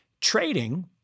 Trading